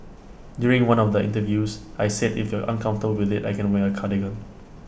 during one of the interviews I said if you're uncomfortable with IT I can wear A cardigan